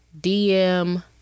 dm